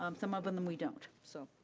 um some of and them we don't. so